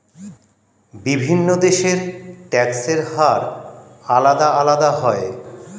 বিভিন্ন দেশের ট্যাক্সের হার আলাদা আলাদা হয়